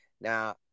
Now